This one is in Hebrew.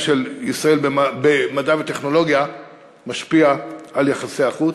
של ישראל במדע וטכנולוגיה משפיע על יחסי החוץ,